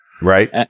right